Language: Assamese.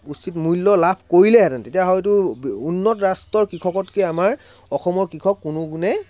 উচিত মূল্য লাভ কৰিলেহেঁতেন তেতিয়া হয়টো উন্নত ৰাষ্ট্ৰৰ কৃষকতকৈ আমাৰ অসমৰ কৃষক কোনো গুণে